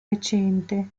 recente